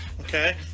okay